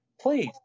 Please